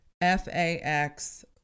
fax